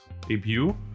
apu